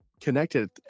connected